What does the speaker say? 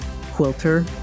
quilter